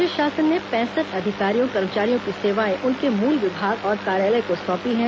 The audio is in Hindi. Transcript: राज्य शासन ने पैंसठ अधिकारियों कर्मचारियों की सेवाएं उनके मूल विभाग और कार्यालय को सौंपी हैं